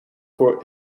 voor